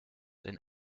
and